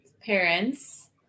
parents